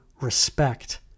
respect